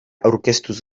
aurkeztuz